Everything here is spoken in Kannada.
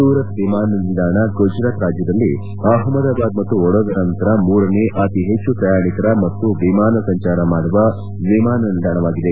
ಸೂರತ್ ವಿಮಾನ ನಿಲ್ದಾಣ ಗುಜರಾತ್ ರಾಜ್ಲದಲ್ಲಿ ಅಹಮದಾಬಾದ್ ಮತ್ತು ವಡೋದರಾ ನಂತರ ಮೂರನೇ ಅತಿ ಹೆಚ್ಚು ಪ್ರಯಾಣಿಕರ ಮತ್ತು ವಿಮಾನ ಸಂಚಾರ ಮಾಡುವ ವಿಮಾನ ನಿಲ್ದಾಣವಾಗಿದೆ